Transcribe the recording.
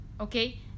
Okay